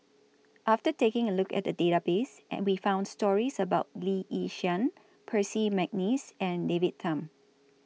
after taking A Look At The Database We found stories about Lee Yi Shyan Percy Mcneice and David Tham